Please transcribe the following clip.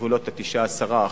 אבטלה בגבולות 9% 10%,